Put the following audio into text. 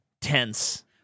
tense